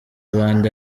abandi